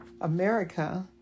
America